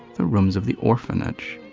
the rooms of the orphanage.